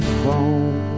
phone